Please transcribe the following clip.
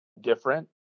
different